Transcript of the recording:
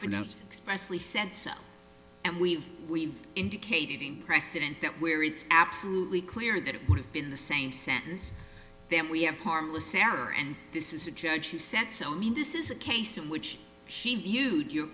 pronounced specially said so and we've we've indicated precedent that where it's absolutely clear that it would have been the same sentence that we have harmless error and this is a judge who said so mean this is a case in which she used your